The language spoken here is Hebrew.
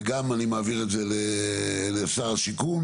וגם אני מעביר את זה לשר השיכון.